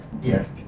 Yes